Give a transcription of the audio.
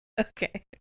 Okay